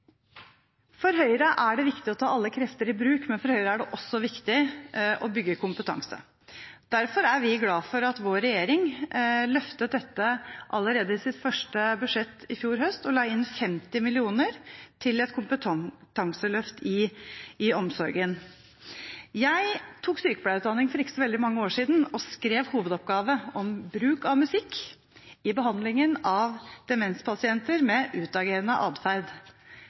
det viktig å ta alle krefter i bruk, men for Høyre er det også viktig å bygge kompetanse. Derfor er vi glad for at vår regjering løftet dette allerede i sitt første budsjett i fjor høst og la inn 50 mill. kr til et kompetanseløft i omsorgen. Jeg tok sykepleierutdanning for ikke så veldig mange år siden og skrev hovedoppgave om bruk av musikk i behandlingen av demenspasienter med utagerende atferd.